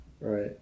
Right